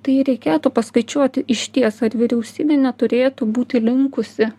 tai reikėtų paskaičiuoti išties ar vyriausybė neturėtų būti linkusi